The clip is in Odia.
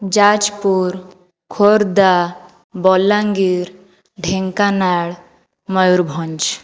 ଯାଜପୁର ଖୋର୍ଦ୍ଧା ବଲାଙ୍ଗୀର ଢେଙ୍କାନାଳ ମୟୂରଭଞ୍ଜ